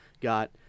got